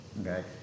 okay